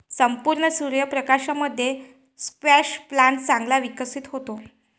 संपूर्ण सूर्य प्रकाशामध्ये स्क्वॅश प्लांट चांगला विकसित होतो